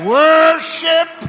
worship